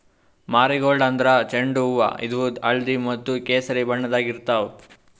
marigold ಅಂದ್ರ ಚೆಂಡು ಹೂವಾ ಇದು ಹಳ್ದಿ ಮತ್ತ್ ಕೆಸರಿ ಬಣ್ಣದಾಗ್ ಇರ್ತವ್